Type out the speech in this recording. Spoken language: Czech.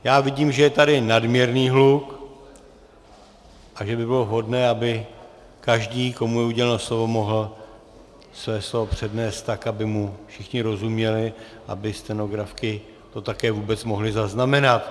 Já vidím, že je tady nadměrný hluk a že by bylo vhodné, aby každý, komu je uděleno slovo, mohl své slovo přednést tak, aby mu všichni rozuměli, aby to stenografky také vůbec mohly zaznamenat.